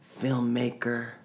filmmaker